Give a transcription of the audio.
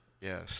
Yes